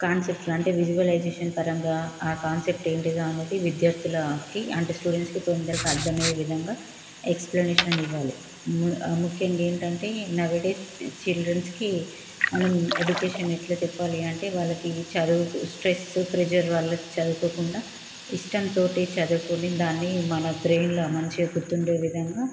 conception అంటే visualisation పరంగా ఆ కాన్సెప్ట్ ఏంటిది అనేది విద్యార్ధులకి అంటే స్టూడెంట్స్కి తొందరగా అర్దమయ్యే విధంగా ఎక్స్ప్లనేషన్ ఇవ్వాలి ముఖ్యంగా ఏంటంటే నౌ ఏ డేస్ చిల్డ్రన్స్కి మనం ఎడ్యుకేషన్ ఎలా చెప్పాలి అంటే వాళ్ళకి చదువుకు స్ట్రెస్సు ప్రెజర్ వల్ల చదువుకోకుండా ఇష్టంతో చదువుకుని దాన్ని మన బ్రెయిన్లో మంచి గుర్తుండే విధంగా